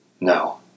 No